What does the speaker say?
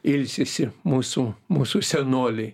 ilsisi mūsų mūsų senoliai